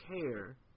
care